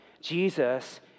Jesus